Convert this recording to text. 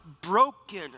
broken